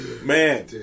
Man